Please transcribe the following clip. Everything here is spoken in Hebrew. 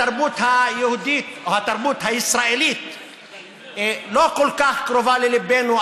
התרבות היהודית או התרבות הישראלית לא כל כך קרובה לליבנו.